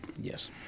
Yes